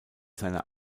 seiner